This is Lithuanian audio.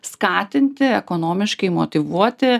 skatinti ekonomiškai motyvuoti